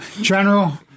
General